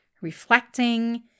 reflecting